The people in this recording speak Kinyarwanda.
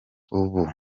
ubu